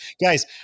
guys